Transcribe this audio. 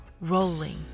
rolling